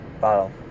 bottle